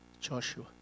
Joshua